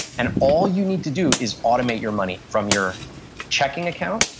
and all you need to do is automate your money from your checking account,